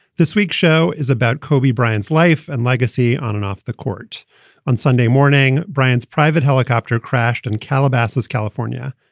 this week's show is about kobe bryant's life and legacy on and off the court on sunday morning. bryant's private helicopter crashed in and calabasas, california,